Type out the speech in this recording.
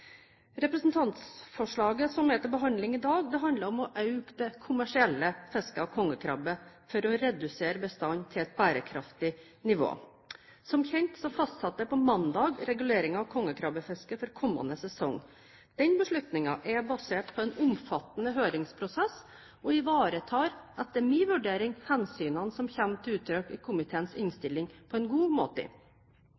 Representantforslaget som er til behandling i dag, handler om å øke det kommersielle fisket av kongekrabbe for å redusere bestanden til et bærekraftig nivå. Som kjent fastsatte jeg på mandag reguleringen av kongekrabbefisket for kommende sesong. Den beslutningen er basert på en omfattende høringsprosess og ivaretar etter min vurdering hensynene som kommer til uttrykk i komiteens